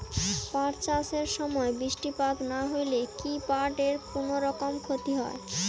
পাট চাষ এর সময় বৃষ্টিপাত না হইলে কি পাট এর কুনোরকম ক্ষতি হয়?